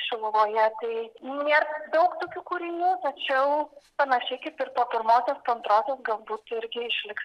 šiluvoje tai nėr daug tokių kūrinių tačiau panašiai kaip ir po pirmosios po antrosios galbūt irgi išliks